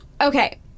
Okay